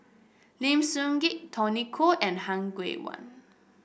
Lim Sun Gee Tony Khoo and Han Guangwei